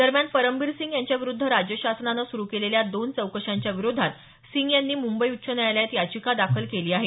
दरम्यान परमबीर सिंग यांच्याविरुद्ध राज्य शासनानं सुरु केलेल्या दोन चौकश्यांच्या विरोधात सिंग यांनी मुंबई उच्च न्यायालयात याचिका दाखल केली आहे